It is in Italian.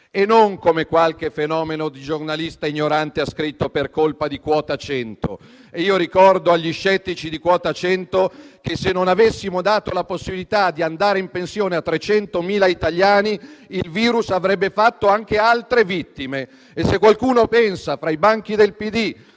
E non - come qualche fenomeno di giornalista ignorante ha scritto - per colpa di quota 100. Ricordo agli scettici di quota 100 che se non avessimo dato la possibilità di andare in pensione a 300.000 italiani, il virus avrebbe fatto anche altre vittime. E se qualcuno, fra i banchi del